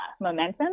momentum